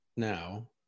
now